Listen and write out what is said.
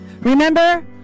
Remember